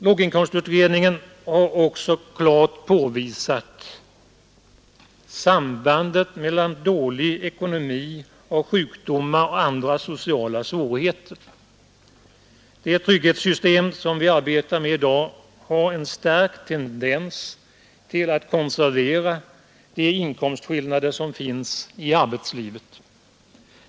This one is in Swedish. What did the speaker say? Låginkomstutredningen har också klart påvisat sambandet mellan dålig ekonomi och sjukdomar samt andra sociala svårigheter. Det trygghetssystem som vi arbetar med i dag har en stark tendens att konservera de inkomstskillnader som finns i arbetslivet.